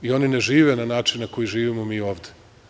I oni ne žive na način na koji živimo mi ovde.